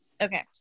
okay